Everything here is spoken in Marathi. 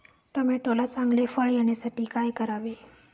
टोमॅटोला चांगले फळ येण्यासाठी काय करावे?